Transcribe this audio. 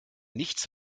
nichts